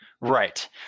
Right